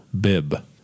bib